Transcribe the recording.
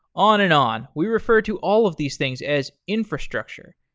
on and on. we refer to all of these things as infrastructure.